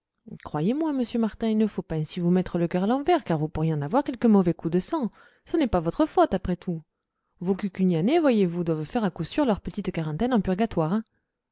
croyez-moi monsieur martin il ne faut pas ainsi vous mettre le cœur à l'envers car vous pourriez en avoir quelque mauvais coup de sang ce n'est pas votre faute après tout vos cucugnanais voyez-vous doivent faire à coup sûr leur petite quarantaine en purgatoire